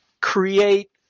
create